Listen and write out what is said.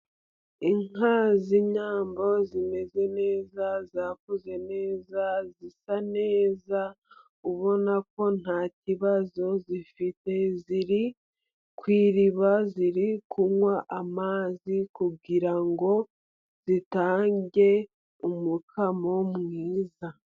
Inka z'inyambo zimeze neza, zakuze neza, zisa neza, ubona ko nta kibazo zifite, ziri ku iriba, ziri kunywa amazi kugira ngo zitange umukamo mwiza.